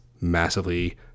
massively